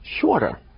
shorter